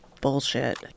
bullshit